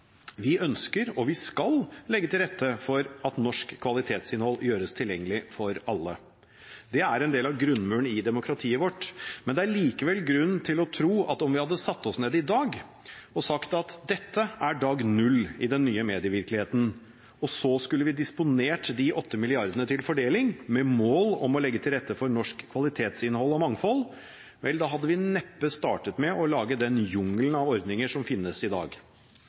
Vi ønsker og vi skal legge til rette for at norsk kvalitetsinnhold gjøres tilgjengelig for alle. Det er en del av grunnmuren i demokratiet vårt. Det er likevel grunn til å tro at om vi hadde satt oss ned i dag og sagt at dette er dag null i den nye medievirkeligheten, og så skulle vi disponert de 8 mrd. kr til fordeling med mål om å legge til rette for norsk kvalitetsinnhold og mangfold – vel, da hadde vi neppe startet med å lage den jungelen av ordninger som finnes i dag.